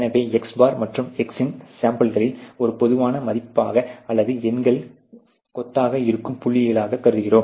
எனவே x̄ என்பது x இன் சாம்பிளில் ஒரு பொதுவான மதிப்பாக அல்லது எண்கள் கொத்தாக இருக்கும் புள்ளியாகக் கருதுகிறோம்